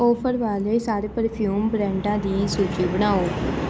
offer ਵਾਲੇ ਸਾਰੇ perfume ਬ੍ਰਾਂਡਾਂ ਦੀ ਸੂਚੀ ਬਣਾਓ